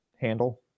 handle